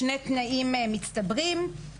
שני תנאים מצטברים,